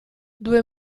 due